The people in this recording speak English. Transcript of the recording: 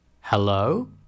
Hello